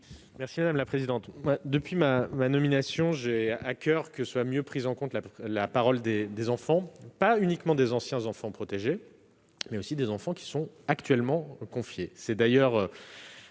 l'avis du Gouvernement ? Depuis ma nomination, j'ai à coeur que soit mieux prise en compte la parole des enfants, pas uniquement celle des anciens enfants protégés, mais aussi celle des enfants qui sont actuellement confiés. C'est d'ailleurs